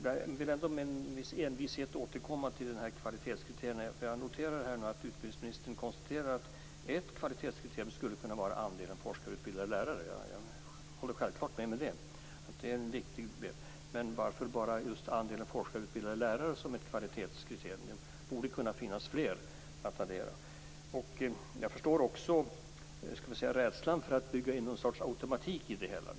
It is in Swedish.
Jag vill ändå med viss envishet återkomma till kvalitetskriterierna. Jag noterar att utbildningsministern konstaterar att ett kvalitetskriterium skulle kunna vara andelen forskarutbildade lärare. Jag håller självfallet med om att det är en viktig del. Men varför ha just bara andelen forskarutbildade lärare som ett kvalitetskriterium? Det borde kunna finnas fler att addera. Jag förstår också rädslan för att bygga in någon sorts automatik i det hela.